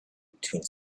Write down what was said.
between